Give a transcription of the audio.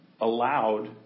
allowed